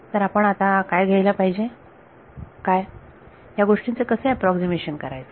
तर आपण आता काय घ्यायला पाहिजे काय या गोष्टींचे कसे अॅप्रॉक्सीमेशन करायचे